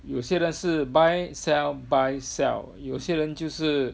有些人是 buy sell buy sell 有些人就是